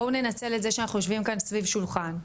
בואו ננצל את זה שאנחנו יושבים כאן סביב שולחן,